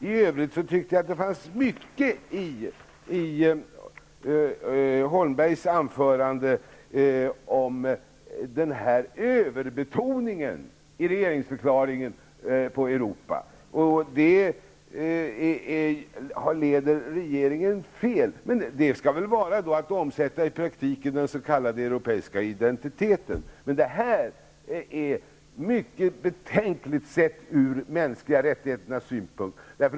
I övrigt ligger det, tycker jag, mycket i vad Holmberg sade i sitt anförande om överbetoningen av Europa i regeringsförklaringen. Det leder regeringen fel. Det skall väl föreställa att man i praktiken omsätter den s.k. europeiska identiteten. Men det här är mycket betänkligt sett ur de mänskliga rättigheternas synpunkt.